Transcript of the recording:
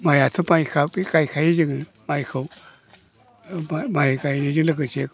माइआथ' माइखा बे गायखायो जोङो माइखौ ओमफाय माइ गायनायजों लोगोसे